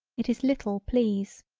it is little please.